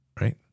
right